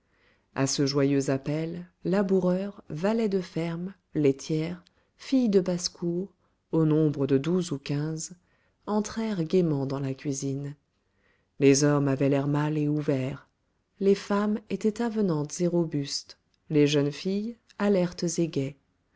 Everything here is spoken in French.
à ce joyeux appel laboureurs valets de ferme laitières filles de basse-cour au nombre de douze ou quinze entrèrent gaiement dans la cuisine les hommes avaient l'air mâle et ouvert les femmes étaient avenantes et robustes les jeunes filles alertes et gaies